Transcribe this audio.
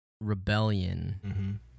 rebellion